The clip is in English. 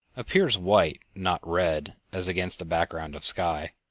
appears white, not red, as against a background of sky.